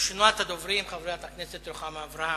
רשימת הדוברים: חברת הכנסת רוחמה אברהם-בלילא,